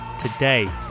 today